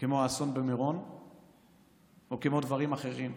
כמו האסון במירון או כמו דברים אחרים.